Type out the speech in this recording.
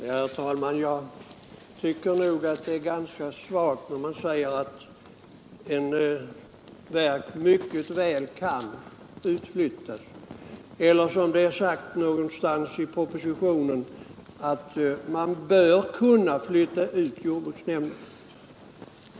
Herr talman! Jag tycker det är ganska svagt att säga att ett verk mycket väl kan flyttas ut — eller som det har sagts någonstans i propositionen att man bör kunna flytta ut jordbruksnämnden.